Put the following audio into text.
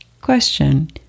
Question